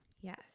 yes